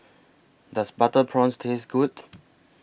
Does Butter Prawns Taste Good